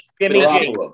Jimmy